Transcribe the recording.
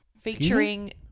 featuring